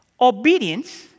Obedience